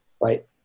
Right